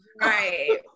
right